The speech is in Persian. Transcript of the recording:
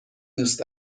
دوست